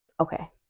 okay